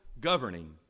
governing